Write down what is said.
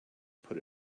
put